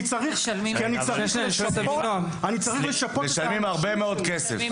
משלמים על זה הרבה מאוד כסף.